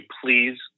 please